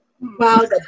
Wow